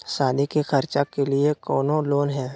सादी के खर्चा के लिए कौनो लोन है?